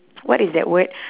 what is that word